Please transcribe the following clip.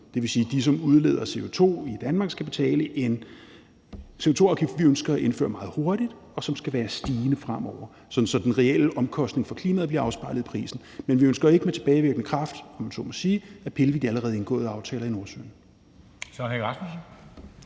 det vil sige, at dem, der udleder CO2 i Danmark, skal betale en CO2-afgift, som vi ønsker at indføre meget hurtigt, og som skal være stigende fremover, sådan at den reelle omkostning for klimaet bliver afspejlet i prisen. Men vi ønsker ikke med tilbagevirkende kraft, om jeg så må sige, at pille ved de allerede indgåede aftaler om Nordsøen. Kl. 10:57 Formanden